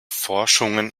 forschungen